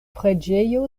preĝejo